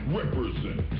represent